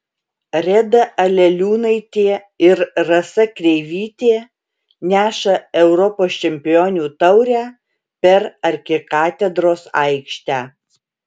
reda aleliūnaitė ir rasa kreivytė neša europos čempionių taurę per arkikatedros aikštę